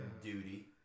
duty